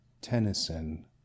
Tennyson